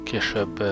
Később